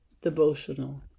devotional